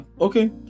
Okay